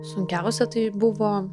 sunkiausia tai buvo